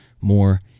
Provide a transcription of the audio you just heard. more